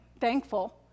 thankful